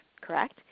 correct